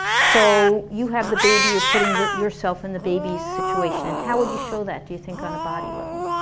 so you have the baby, you're putting yourself in the baby's situation and how would you show that, do you think, on a body level?